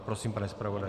Prosím, pane zpravodaji.